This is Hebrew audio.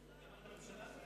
גם על הממשלה זה יהיה?